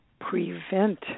prevent